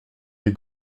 les